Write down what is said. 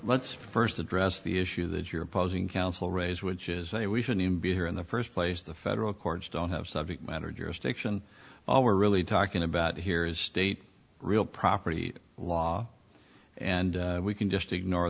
let's first address the issue that you're opposing counsel raise which is a we shouldn't be here in the first place the federal courts don't have subject matter jurisdiction all we're really talking about here is state real property law and we can just ignore